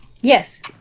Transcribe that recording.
Yes